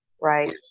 Right